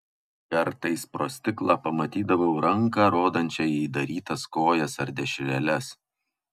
kartais pro stiklą pamatydavau ranką rodančią į įdarytas kojas ar dešreles